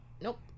nope